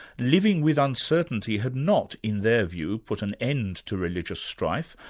living with uncertainty had not, in their view, put an end to religious strife,